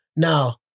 Now